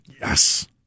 Yes